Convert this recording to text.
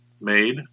made